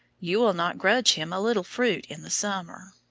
you will not grudge him a little fruit in the summer.